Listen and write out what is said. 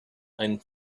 ein